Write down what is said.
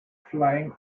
flying